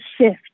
shift